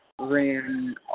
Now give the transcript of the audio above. ran